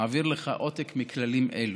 אעביר לך עותק מכללים אלו.